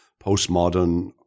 postmodern